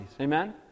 Amen